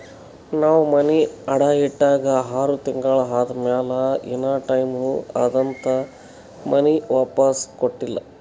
ನಾವ್ ಮನಿ ಅಡಾ ಇಟ್ಟಾಗ ಆರ್ ತಿಂಗುಳ ಆದಮ್ಯಾಲ ಇನಾ ಟೈಮ್ ಅದಂತ್ ಮನಿ ವಾಪಿಸ್ ಕೊಟ್ಟಿಲ್ಲ